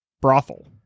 brothel